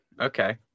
Okay